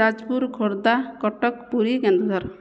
Jajpur Khordha Cuttack Puri Keonjhar